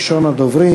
ראשון הדוברים,